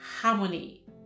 harmony